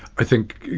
i think